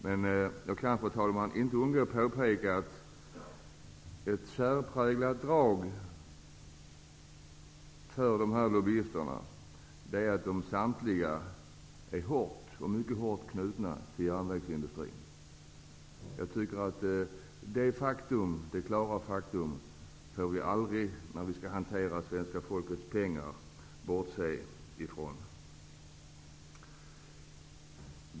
Men jag kan, fru talman, inte undgå att påpeka, att ett särpräglat drag hos dessa lobbyister är att de samtliga är mycket hårt knutna till järnvägsindustrin. Detta klara faktum får vi aldrig bortse ifrån när vi skall hantera svenska folkets pengar.